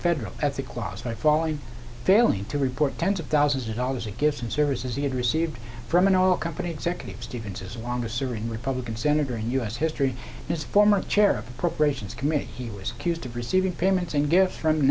federal ethic laws by falling failing to report tens of thousands of dollars in gifts and services he had received from an all company executive stevens's longest serving republican senator in u s history his former chair of appropriations committee he was accused of receiving payments and gifts from